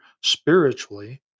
spiritually